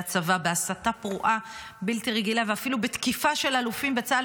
הצבא בהסתה פרועה בלתי רגילה ואפילו בתקיפה של אלופים בצה"ל,